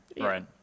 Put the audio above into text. right